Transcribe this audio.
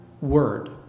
word